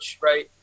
right